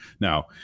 Now